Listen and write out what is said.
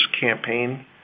campaign